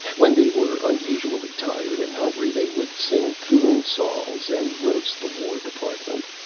when they were unusually tired and hungry, they would sing coon songs and roast the war department.